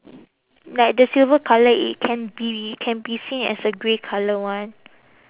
like the silver colour it can be it can be seen as a grey colour [one]